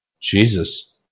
Jesus